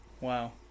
wow